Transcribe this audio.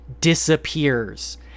disappears